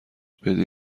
بدی